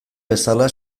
bezala